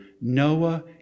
Noah